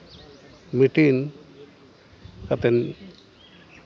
meeting ᱠᱟᱛᱮᱱ